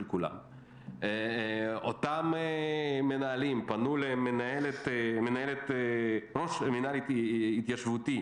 אותם מנהלים פנו למנהלת מינהל התיישבותי